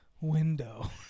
Window